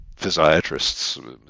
physiatrists